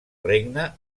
regne